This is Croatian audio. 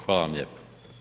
Hvala vam lijepo.